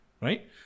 right